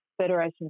Federation